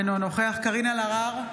אינו נוכח קארין אלהרר,